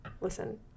Listen